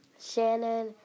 Shannon